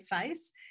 face